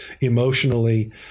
emotionally